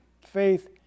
faith